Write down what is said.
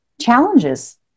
challenges